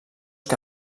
que